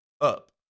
up